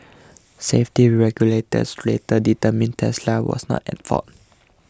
safety regulators later determined Tesla was not at fault